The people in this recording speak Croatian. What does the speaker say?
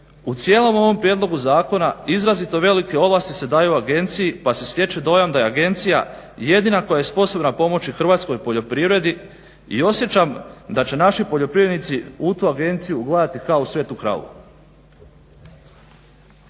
U cijelom ovom prijedlogu zakona izrazito velike ovlasti se daju agenciji pa se stječe dojam da je agencija jedina koja je sposobna pomoći hrvatskoj poljoprivredi i osjećam da će naši poljoprivrednici u tu agenciju gledati kao u svetu kravu.